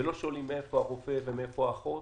ולא שואלים מאיפה הרופא ומאיפה האחות,